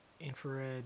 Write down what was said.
infrared